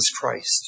Christ